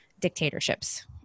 dictatorships